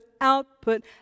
output